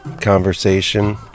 conversation